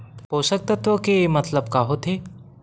पोषक तत्व के मतलब का होथे?